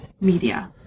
media